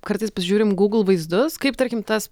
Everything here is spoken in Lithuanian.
kartais pasižiūrim google vaizdus kaip tarkim tas